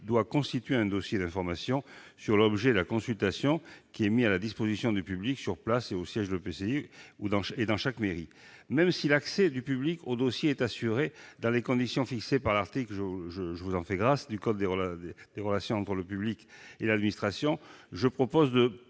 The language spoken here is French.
doit constituer un dossier d'information sur l'objet de la consultation, qui est mis à la disposition du public sur place au siège de l'EPCI et dans chaque mairie. Même si l'accès du public au dossier est assuré dans des conditions fixées par le code des relations entre le public et l'administration, je propose de